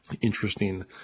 interesting